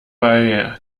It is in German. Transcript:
bei